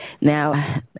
Now